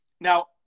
Now